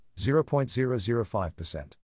0.005%